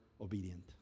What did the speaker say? obedient